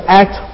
act